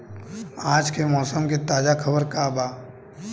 आज के मौसम के ताजा खबर का बा?